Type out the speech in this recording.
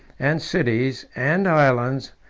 and cities, and islands,